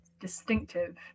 distinctive